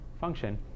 function